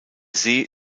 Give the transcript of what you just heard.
see